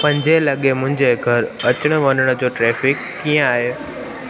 पंजे लॻे मुंहिंजे घरु अचण वञण जो ट्रैफ़िक कीअं आहे